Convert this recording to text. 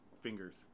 fingers